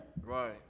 Right